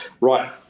right